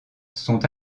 sont